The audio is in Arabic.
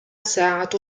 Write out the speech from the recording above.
ساعة